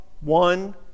one